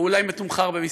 או אולי מתומחר במספרים.